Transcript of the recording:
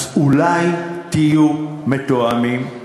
אז אולי תהיו מתואמים.